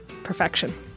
Perfection